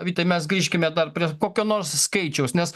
vytai mes grįžkime dar prie kokio nors skaičiaus nes